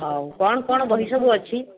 ହଉ କ'ଣ କ'ଣ ବହି ସବୁ ଅଛି